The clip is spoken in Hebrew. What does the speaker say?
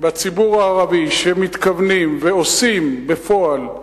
בציבור הערבי שמתכוונים ועושים בפועל,